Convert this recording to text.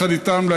יחד איתם,